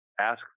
ask